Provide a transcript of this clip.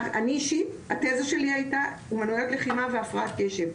אני אישית התזה שלי הייתה אומנויות לחימה והפרעת קשב,